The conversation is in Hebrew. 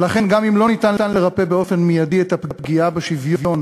ולכן, גם אם לא ניתן לרפא מייד את הפגיעה בשוויון,